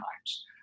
times